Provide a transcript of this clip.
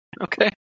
Okay